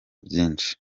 byinshi